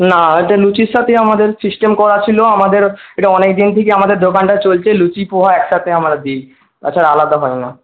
না এটা লুচির সাথেই আমাদের সিস্টেম করা ছিল আমাদের এটা অনেকদিন থেকেই আমাদের দোকানটা চলছে লুচি পোহা একসাথে আমরা দিই তাছাড়া আলাদা হয় না